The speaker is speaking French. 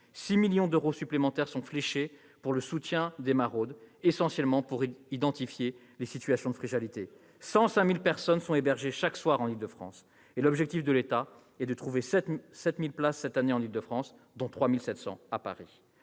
6 millions d'euros sont fléchés pour le soutien des maraudes, essentielles pour identifier les situations de fragilité. Par ailleurs, 105 000 personnes sont hébergées chaque soir en Île-de-France. L'objectif de l'État est de trouver 7 000 places cette année en Île-de-France, dont 3 700 à Paris.